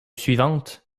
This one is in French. suivante